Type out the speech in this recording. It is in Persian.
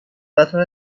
قطار